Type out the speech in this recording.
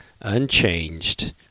unchanged